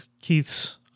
Keith's